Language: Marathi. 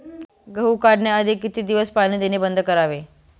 गहू काढण्याआधी किती दिवस पाणी देणे बंद करावे?